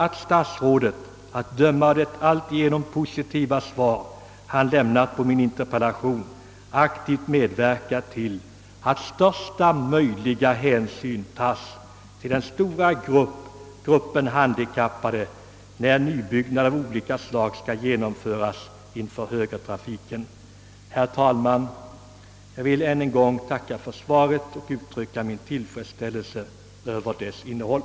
Att döma av det alltigenom positiva svar statsrådet lämnat på min interpellation kommer också statsrådet att aktivt medverka till att största möjliga hänsyn tas till den stora gruppen handikappade när nybyggnader skall genomföras inför högertrafiken. Herr talman! Jag vill än en gång tacka för svaret och uttrycka min tillfredsställelse över dess innehåll.